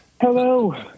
Hello